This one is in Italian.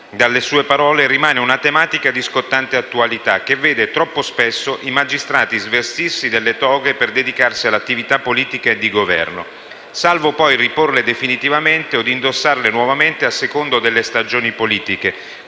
dalle sue parole, rimane una tematica di scottante attualità che vede, troppo spesso, i magistrati svestirsi delle toghe per dedicarsi all'attività politica e di Governo, salvo poi riporle definitivamente od indossarle nuovamente a seconda delle stagioni politiche,